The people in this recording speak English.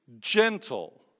gentle